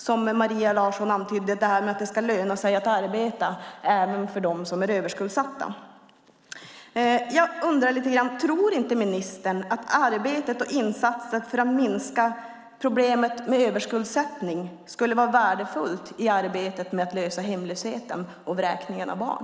Som Maria Larsson antydde ska det löna sig att arbeta även för dem som är överskuldsatta. Jag undrar lite grann: Tror inte ministern att insatserna för att minska problemet med överskuldsättning skulle vara värdefulla i arbetet med att lösa problemet med hemlösheten och vräkningarna av barn?